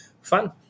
fun